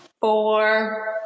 four